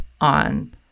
on